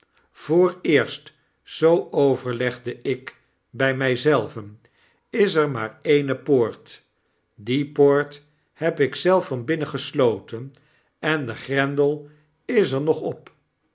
vooreerst zoo overlegde ik by my zelven is er maar eene poort die poort heb ik zelf van binnen gesloten en de grendel is er nog op